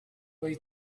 way